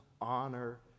honor